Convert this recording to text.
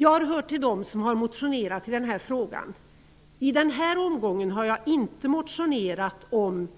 Jag har hört till dem som har motionerat i den här frågan. I den här omgången har jag inte motionerat om